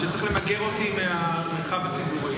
שצריך למגר אותי מהמרחב הציבורי?